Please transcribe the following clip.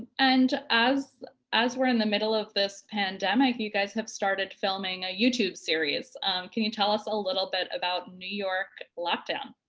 and as as we're in the middle of this pandemic you guys have started filming a youtube series can you tell us a little bit about new york lockdown?